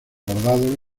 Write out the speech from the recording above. bordados